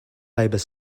labour